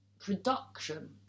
production